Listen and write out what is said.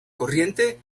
corriente